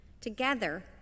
together